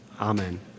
amen